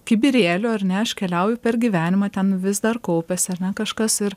kibirėliu ar ne aš keliauju per gyvenimą ten vis dar kaupiasi ar ne kažkas ir